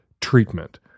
treatment